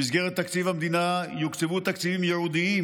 במסגרת תקציב המדינה יוקצבו תקציבים ייעודיים